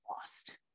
lost